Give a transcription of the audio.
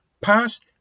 past